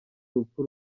urupfu